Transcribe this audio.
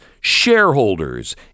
shareholders